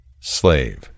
Slave